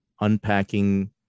unpacking